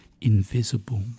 invisible